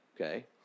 okay